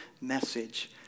message